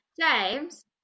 James